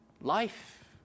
life